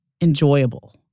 enjoyable